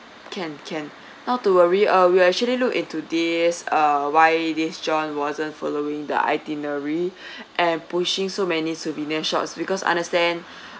can can not to worry uh we'll actually look into this uh why this john wasn't following the itinerary and pushing so many souvenir shops because understand